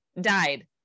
died